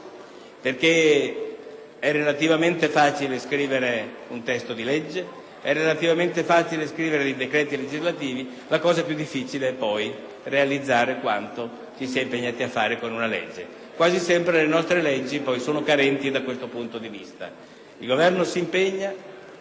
ancora. È relativamente facile scrivere un testo di legge, è relativamente facile scrivere decreti legislativi: la cosa più difficile è poi realizzare quanto ci si è impegnati a fare con una legge, e quasi sempre le nostre leggi sono carenti da questo punto di vista. Il Governo si impegna